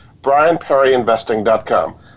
brianperryinvesting.com